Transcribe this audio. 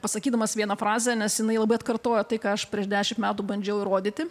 pasakydamas vieną frazę nes jinai labai atkartoja tai ką aš prieš dešimt metų bandžiau įrodyti